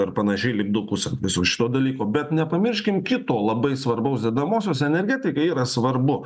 ar panašiai lipdukus ant visų šito dalyko bet nepamirškim kito labai svarbaus dedamosios energetikai yra svarbu